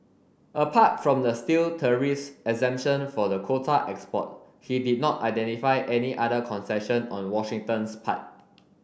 apart from the steel tariffs exemption for the quota export he did not identify any other concession on Washington's part